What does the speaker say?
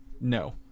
No